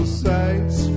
sights